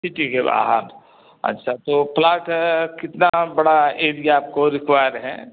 city के बाहर अच्छा तो प्लाट कितना बड़ा एरिया आपको रिक्वायर है